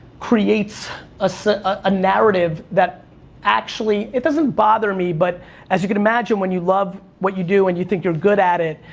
creates ah so a narrative that actually, it doesn't bother me, but as you can imagine, when you love what you do, and you think you're good at it,